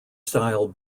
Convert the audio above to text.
style